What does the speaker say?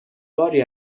باری